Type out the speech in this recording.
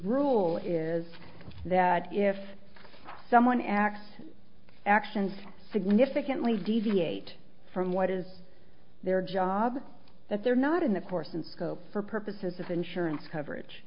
rule is that if someone acts actions significantly deviate from what is their job that they're not in the course and scope for purposes of insurance coverage